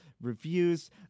reviews